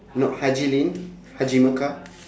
not haji lane haji mecca